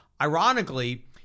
Ironically